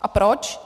A proč?